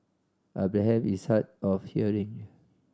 Abraham is hard of hearing